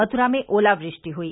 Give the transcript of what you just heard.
मथुरा में ओलावृष्टि हुई